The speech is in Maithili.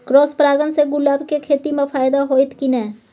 क्रॉस परागण से गुलाब के खेती म फायदा होयत की नय?